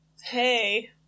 hey